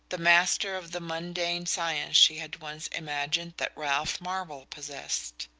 the master of the mundane science she had once imagined that ralph marvell possessed.